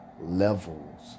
levels